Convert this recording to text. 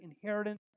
inheritance